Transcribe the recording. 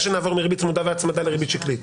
שנעבור מריבית צמודה והצמדה לריבית שקלית.